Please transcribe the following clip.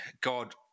god